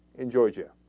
in georgia